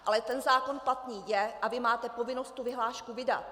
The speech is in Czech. Ale ten zákon platný je a vy máte povinnost tu vyhlášku vydat.